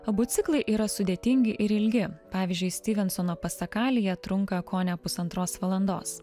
abu ciklai yra sudėtingi ir ilgi pavyzdžiui styvensono pasakalija trunka kone pusantros valandos